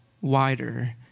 wider